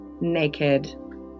naked